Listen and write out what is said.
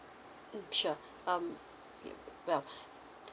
mm sure um yup well